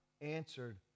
answered